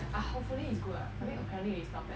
but hopefully its good ah I mean apparently it's not bad